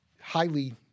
highly